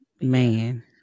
Man